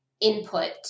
input